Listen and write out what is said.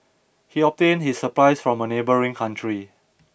he obtained his supplies from a neighbouring country